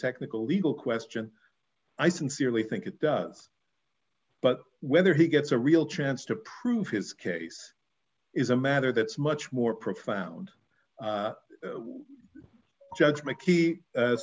technical legal question i sincerely think it does but whether he gets a real chance to prove his case is a matter that's much more profound judgment